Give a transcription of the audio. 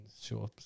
sure